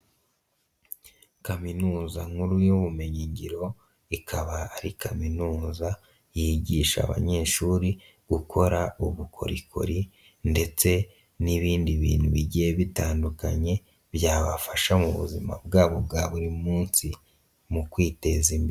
Kaminuza nkuru y'ubumenyingiro ikaba ari kaminuza yigisha abanyeshuri gukora ubukorikori ndetse n'ibindi bintu bigiye bitandukanye byabafasha mu buzima bwabo bwa buri munsi mu kwiteza imbere.